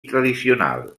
tradicional